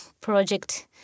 project